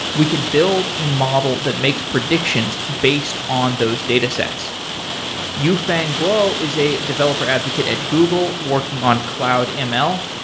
we can build a model that makes predictions based on those data sets yufeng guo is a developer advocate at google working on cloud ml.